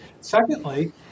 Secondly